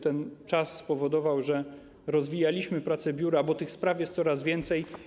Ten czas spowodował, że rozwijaliśmy prace biura, bo tych spraw jest coraz więcej.